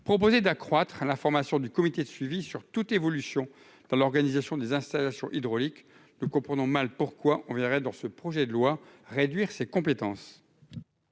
proposé d'accroître la formation du comité de suivi sur toute évolution dans l'organisation des installations hydrauliques, nous comprenons mal pourquoi on viendrait dans ce projet de loi réduire ses compétences.